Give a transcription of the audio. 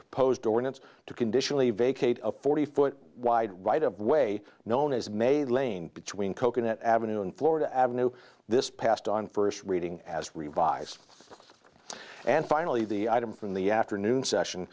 proposed ordinance to conditionally vacate a forty foot wide right of way known as made lane between coconut avenue and florida avenue this past on first reading as revised and finally the item from the afternoon session